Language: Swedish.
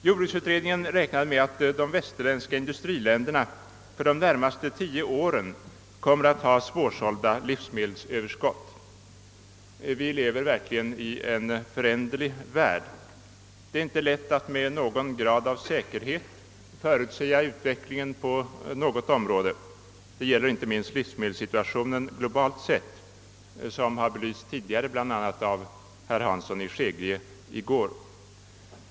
Jordbruksutredningen räknar med att de västerländska industriländerna under de närmaste tio åren kommer att ha svårsålda livsmedelsöverskott. Vi lever verkligen i en föränderlig värld. Det är inte lätt att med någon grad av säkerhet förutsäga utvecklingen på något område. Detta gäller inte minst livsmedelssituationen globalt sett, en fråga som här tidigare belysts, bl.a. av herr Hansson i Skegrie.